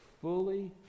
fully